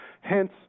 Hence